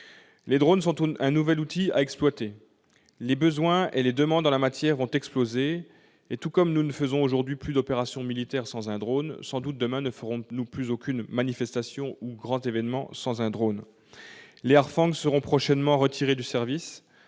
Les drones sont un nouvel outil à exploiter. Les besoins et les demandes en la matière vont exploser et, tout comme nous ne faisons plus aujourd'hui d'opération militaire sans un drone, sans doute demain n'organiserons-nous plus aucune manifestation ni aucun grand événement sans un drone. Les Harfang seront prochainement retirés du service,